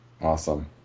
Awesome